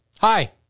Hi